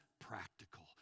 practical